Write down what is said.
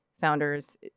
founders